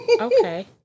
Okay